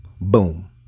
Boom